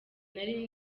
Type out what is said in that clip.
nari